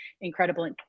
incredible